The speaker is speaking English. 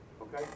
Okay